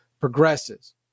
progresses